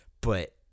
but-